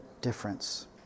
difference